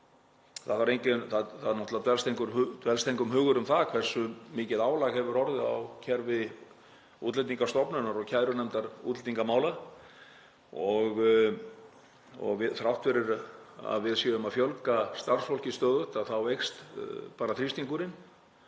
blandast engum hugur um það hversu mikið álag hefur orðið á kerfi Útlendingastofnunar og kærunefndar útlendingamála og þrátt fyrir að við séum að fjölga starfsfólki stöðugt þá eykst þrýstingurinn.